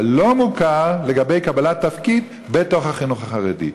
אבל לא מוכר לצורך קבלת תפקיד בתוך החינוך החרדי.